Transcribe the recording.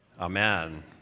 Amen